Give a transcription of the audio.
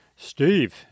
Steve